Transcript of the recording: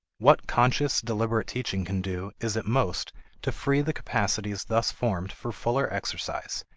what conscious, deliberate teaching can do is at most to free the capacities thus formed for fuller exercise,